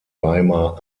weimar